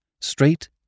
straight